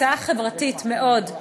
הצעה חברתית מאוד,